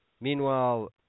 Meanwhile